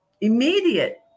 immediate